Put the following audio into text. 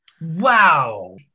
wow